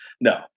No